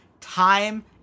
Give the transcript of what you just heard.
time